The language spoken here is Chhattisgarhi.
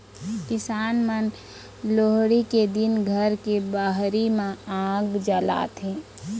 किसान मन लोहड़ी के दिन घर के बाहिर म आग जलाथे